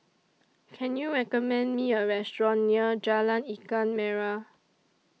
Can YOU recommend Me A Restaurant near Jalan Ikan Merah